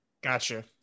gotcha